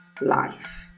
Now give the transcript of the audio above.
life